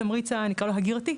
התמריץ הנקרא לו הגירתי,